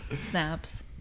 Snaps